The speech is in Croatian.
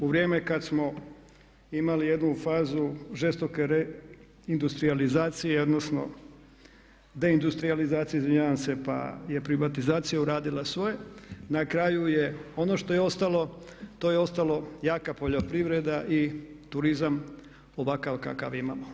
U vrijeme kad smo imali jednu fazu žestoke reindustrijalizacije odnosno deindustrijalizacije izvinjavam se pa je privatizacija uradila svoje, na kraju je ono što je ostalo to je ostalo jaka poljoprivreda i turizam ovakav kakav imamo.